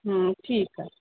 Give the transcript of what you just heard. हूं ठीकु आहे